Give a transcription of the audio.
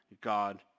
God